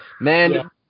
man